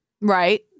Right